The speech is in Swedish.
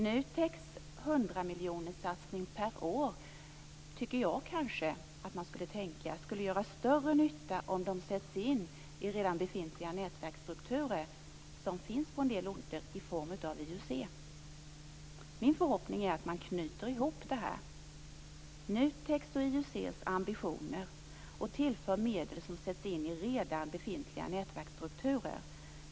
NUTEK:s 100-miljonerssatsning per år skulle göra större nytta om pengarna sattes in i redan befintliga nätverksstrukturer som finns på en del orter i form av IUC. Min förhoppning är att man knyter ihop NUTEK:s och IUC:s ambitioner och tillför medel som sätts in i redan befintliga nätverksstrukturer.